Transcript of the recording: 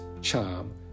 charm